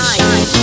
Shine